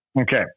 Okay